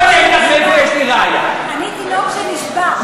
אני תינוק שנשבה.